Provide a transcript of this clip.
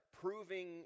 proving